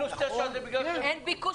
ה-9%- זה בגלל שאין ביקוש.